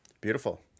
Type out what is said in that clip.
Beautiful